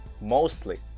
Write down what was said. mostly